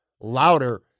louder